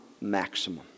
maximum